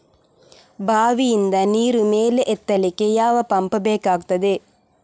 ಬಾವಿಯಿಂದ ನೀರು ಮೇಲೆ ಎತ್ತಲಿಕ್ಕೆ ಯಾವ ಪಂಪ್ ಬೇಕಗ್ತಾದೆ?